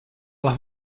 alla